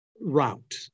route